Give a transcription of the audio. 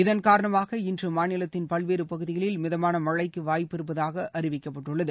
இதன் காரணமாக இன்று மாநிலத்தின் பல்வேறு பகுதிகளில் மிதமான மனழக்கு வாய்ப்பு இருப்பதாக அறிவிக்கப்பட்டுள்ளது